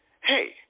Hey